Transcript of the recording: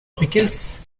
pickles